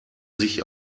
sich